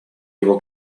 его